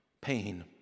Pain